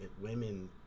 women